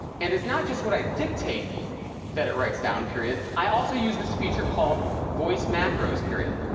and it's not just what i dictate that it writes down period. i also use this feature called voice macros period.